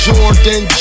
Jordan